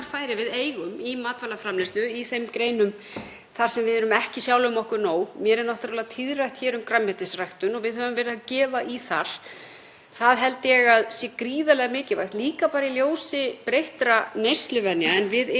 Það held ég að sé gríðarlega mikilvægt, líka í ljósi breyttra neysluvenja, en 43% af því grænmeti sem við neytum er innlend framleiðsla og það er mjög mismunandi milli einstakra tegunda.